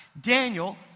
Daniel